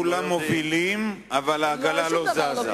כולם מובילים, אבל העגלה לא זזה.